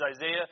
Isaiah